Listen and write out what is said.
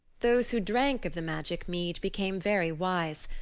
those who drank of the magic mead became very wise,